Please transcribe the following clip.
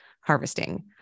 harvesting